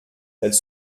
elles